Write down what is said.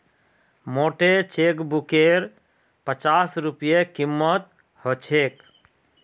मोटे चेकबुकेर पच्चास रूपए कीमत ह छेक